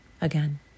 again